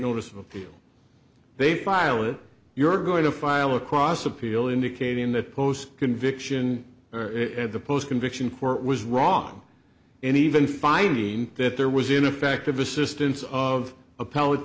appeal they file it you're going to file across appeal indicating that post conviction at the post conviction for it was wrong and even finding that there was ineffective assistance of a